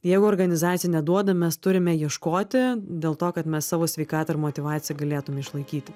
jeigu organizacija neduoda mes turime ieškoti dėl to kad mes savo sveikatą ir motyvaciją galėtume išlaikyti